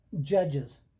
Judges